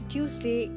Tuesday